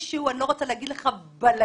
שלהם מצאו את עצמם בבלגן,